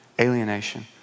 alienation